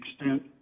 extent